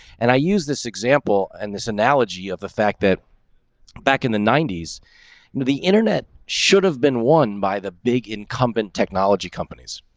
and i use this example on and this analogy of the fact that back in the nineties into the internet should have been won by the big incumbent technology companies.